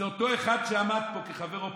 זה אותו אחד שעמד פה כחבר אופוזיציה,